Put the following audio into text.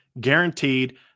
guaranteed